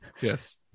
Yes